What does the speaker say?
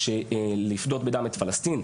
לפדות בדם את פלשתין,